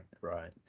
Right